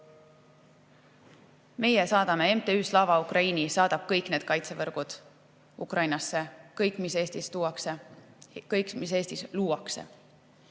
Meie saadame, MTÜ Slava Ukraini saadab kõik need kaitsevõrgud Ukrainasse – kõik, mis Eestis tehakse.